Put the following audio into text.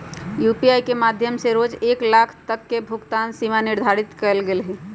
UPI के माध्यम से रोज एक लाख तक के भुगतान सीमा निर्धारित कएल गेल हइ